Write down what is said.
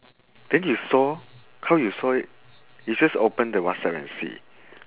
then you saw how you saw it you just open the whatsapp and see